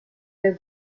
der